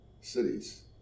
cities